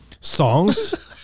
Songs